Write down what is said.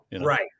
right